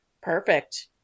Perfect